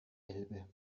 elbe